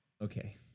Okay